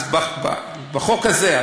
אז בחוק הזה,